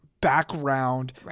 background